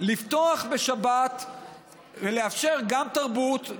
לפתוח בשבת ולאפשר גם תרבות,